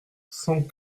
sans